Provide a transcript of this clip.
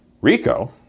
Rico